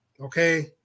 Okay